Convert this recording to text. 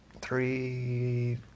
three